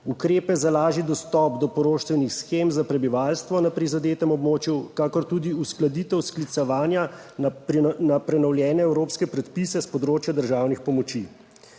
ukrepe za lažji dostop do poroštvenih shem za prebivalstvo na prizadetem območju, kakor tudi uskladitev sklicevanja na prenovljene evropske predpise s področja državnih pomoči